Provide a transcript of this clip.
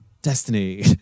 Destiny